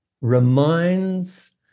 reminds